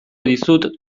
dizut